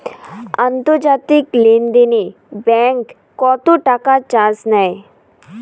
আন্তর্জাতিক লেনদেনে ব্যাংক কত টাকা চার্জ নেয়?